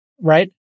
right